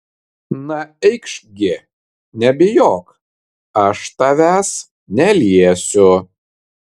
na eikš gi nebijok aš tavęs neliesiu